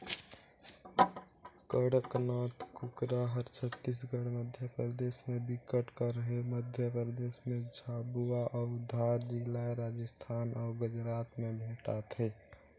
कड़कनाथ कुकरा हर छत्तीसगढ़, मध्यपरदेस में बिकट कर हे, मध्य परदेस में झाबुआ अउ धार जिलाए राजस्थान अउ गुजरात में भेंटाथे